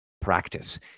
practice